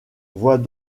vois